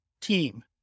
team